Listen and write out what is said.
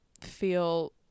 feel